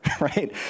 right